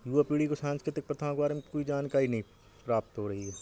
युवा पीढ़ी को सांस्कृतिक प्रथाओं के बारे में कोई जानकारी नहीं प्राप्त हो रही है